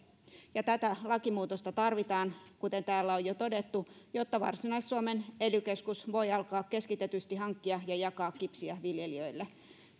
tätä lakimuutosta tarvitaan kuten täällä on jo todettu jotta varsinais suomen ely keskus voi alkaa keskitetysti hankkia ja jakaa kipsiä viljelijöille